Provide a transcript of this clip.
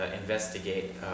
investigate